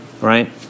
Right